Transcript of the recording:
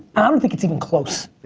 i don't think it's even close.